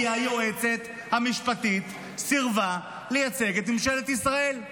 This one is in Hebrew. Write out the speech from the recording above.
כי היועצת המשפטית סירבה לייצג את ממשלת ישראל.